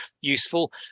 useful